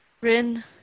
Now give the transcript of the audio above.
Rin